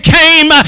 came